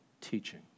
teaching